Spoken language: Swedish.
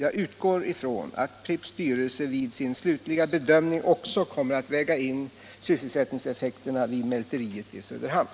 Jag utgår från att Pripps styrelse vid sin slutliga bedömning också kommer att väga in sysselsättningseffekterna vid mälteriet i Söderhamn.